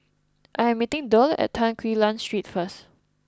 I am meeting Derl at Tan Quee Lan Street first